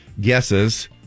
guesses